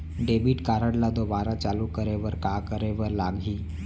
Debit card ला दोबारा चालू करे बर का करे बर लागही?